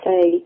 say